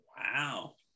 Wow